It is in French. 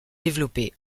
développé